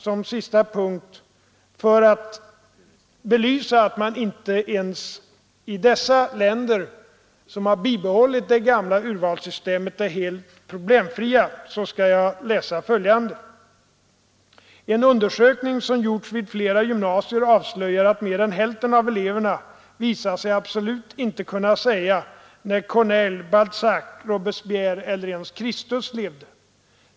Som sista punkt vill jag, för att bevisa att man inte ens i dessa länder som bibehållit det gamla urvalssystemet är helt utan problem, läsa följande: ”En undersökning som gjorts vid flera gymnasier avslöjar att mer än hälften av eleverna visar sig absolut inte kunna säga när Corneille,” ——— ”Balzac, Robespierre eller ens Kristus levde.